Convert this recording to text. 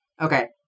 Okay